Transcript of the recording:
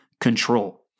control